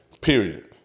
Period